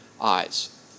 eyes